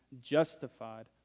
justified